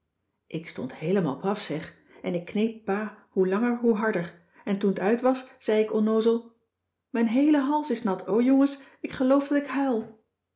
ik stond heelemaal paf zeg en ik kneep pa hoe langer hoe harder en toen t uit was zei ik onnoozel mijn heele hals is nat o jongens ik geloof dat ik huil